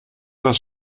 dass